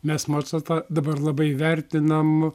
mes mocartą dabar labai vertinam